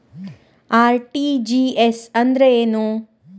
RTGS ಅಂದ್ರೇನು?